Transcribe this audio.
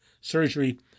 surgery